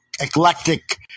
Eclectic